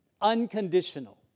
unconditional